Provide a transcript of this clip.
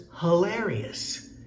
hilarious